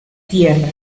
tierra